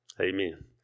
Amen